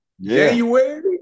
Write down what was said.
January